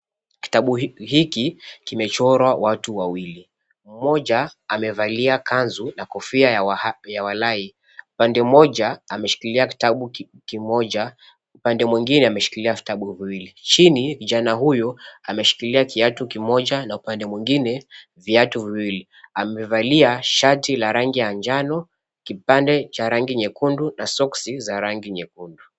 Kitabu hiki kimechorwa watu wawili, mmoja amevalia kanzu na kofia ya wahapi ya walai ,pande moja ameshikilia kitabu kimoja upande mwengine ameshikilia vitabu viwili, chini kijana huyu ameshikilia kiatu kimoja na upande mwengine viatu viwili, amevalia shati la rangi ya njano kipande cha rangi nyekundu na soksi za rangi nyekundu.